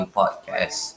podcast